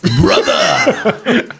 brother